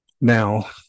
Now